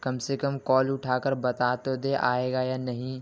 کم سے کم کال اٹھا کر بتا تو دے آئے گا یا نہیں